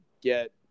get